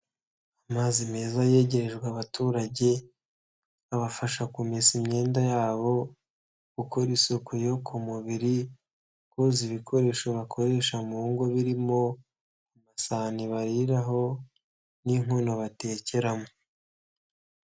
Amazi meza yegerejwe abaturage, abafasha kumesa imyenda yabo, gukora isuku yo ku mubiri, koza ibikoresho bakoresha mu ngo birimo amasahane baririraho n'inkono batekeramo.